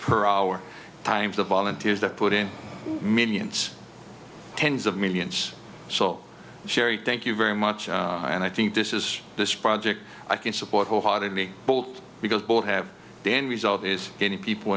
per hour times the volunteers that put in millions tens of millions so sheri thank you very much and i think this is this project i can support wholeheartedly both because both have the end result is getting people